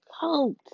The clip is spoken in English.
coat